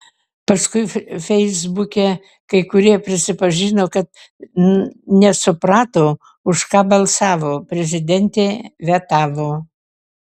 paskui feisbuke kai kurie prisipažino kad nesuprato už ką balsavo prezidentė vetavo